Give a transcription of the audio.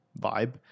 vibe